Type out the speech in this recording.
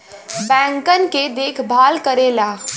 बैंकन के देखभाल करेला